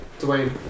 Dwayne